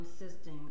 insisting